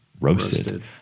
Roasted